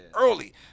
early